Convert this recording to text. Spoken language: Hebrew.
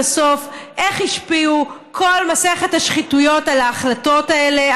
הסוף איך השפיעה כל מסכת השחיתויות על ההחלטות האלה,